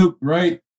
right